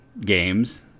games